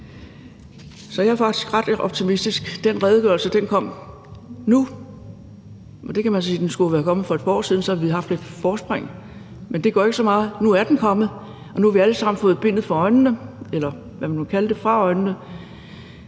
Så jeg er faktisk ret optimistisk, og den redegørelse er kommet nu. Men man kan sige, at den jo skulle være kommet for et par år siden, og så havde vi haft et forspring. Men det gør ikke så meget, for nu er den kommet, og nu har vi alle sammen fjernet bindet fra øjnene, eller hvad man nu kan kalde det, og kan